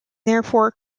therefore